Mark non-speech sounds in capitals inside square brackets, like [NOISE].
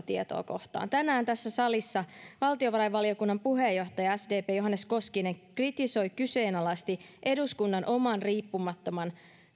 [UNINTELLIGIBLE] tietoa kohtaan tänään tässä salissa valtiovarainvaliokunnan puheenjohtaja sdpn johannes koskinen kritisoi kyseenalaisti eduskunnan oman riippumattoman